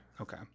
Okay